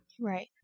Right